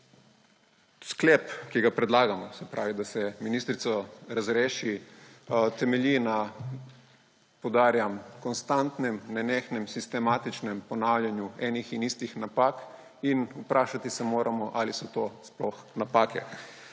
Sklep, ki ga predlagamo, se pravi, da se ministrico razreši, temelji na, poudarjam, konstantnem, nenehnem, sistematičnem ponavljanju enih in istih napak. Vprašati se moramo, ali so to sploh napake.